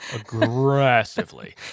aggressively